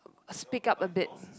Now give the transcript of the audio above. speak up a bit